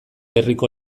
herriko